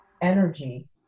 energy